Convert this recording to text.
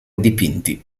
dipinti